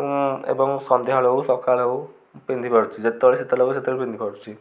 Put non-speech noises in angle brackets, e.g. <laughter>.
ମୁଁ ଏବଂ <unintelligible> ସନ୍ଧ୍ୟାବେଳୁ ହେଉ ସକାଳେ ହଉ ପିନ୍ଧିପାରୁଛି ଯେତେବେଳେ ସେତେବେଳେ <unintelligible> ସେତେବେଳେ ପିନ୍ଧିପାରୁଛି